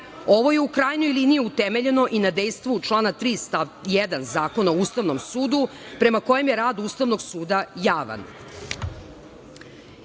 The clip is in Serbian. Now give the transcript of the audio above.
je u krajnjoj liniji utemeljeno i na dejstvu člana 3. stav 1. Zakona o ustavnom sudu prema kojem je rad Ustavnog suda javan. Iz